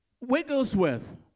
Wigglesworth